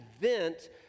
event